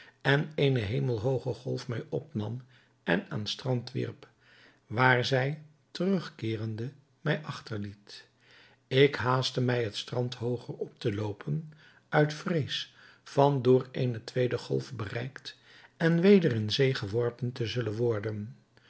en eene hemelhooge golf mij opnam en aan strand wierp waar zij terugkeerende mij achter liet ik haastte mij het strand hooger op te loopen uit vrees van door eene tweede golf bereikt en weder in zee geworpen te zullen worden